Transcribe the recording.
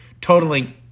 totaling